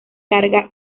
carga